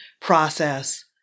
process